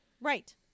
Right